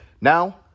Now